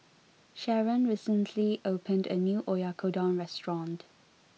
Sherron recently opened a new Oyakodon restaurant